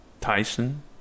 Tyson